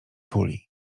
tuli